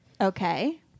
Okay